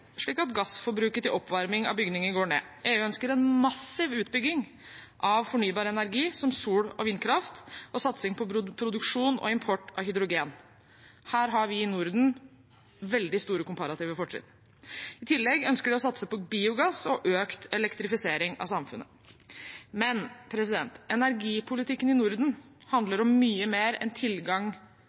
slik at gassforbruket til oppvarming av bygninger går ned. EU ønsker massiv utbygging av fornybar energi som sol- og vindkraft og satsing på produksjon og import av hydrogen. Her har vi i Norden veldig store komparative fortrinn. I tillegg ønsker de å satse på biogass og økt elektrifisering av samfunnet. Men energipolitikken i Norden handler om mye mer enn tilgang